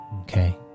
Okay